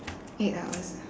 eight hours ah